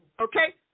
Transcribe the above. okay